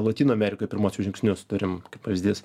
lotynų amerikoj pirmuosius žingsnius turim kaip pavyzdys